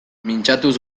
mintzatuz